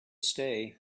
stay